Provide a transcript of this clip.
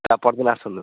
ତା' ପଅରଦିନ ଆସନ୍ତୁ